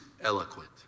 eloquent